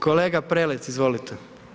Kolega Prelec, izvolite.